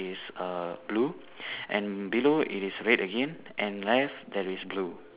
is err blue and below it is red again and left there is blue